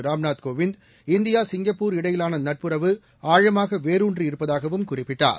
Ramnath Kovind India Singapore இடையிலான நட்புறவு ஆழமாக வேரூன்றி இருப்பதாகவும் குறிப்பிட்டார்